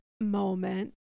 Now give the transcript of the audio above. moment